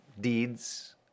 deeds